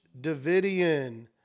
Davidian